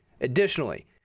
additionally